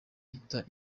ihita